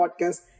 Podcast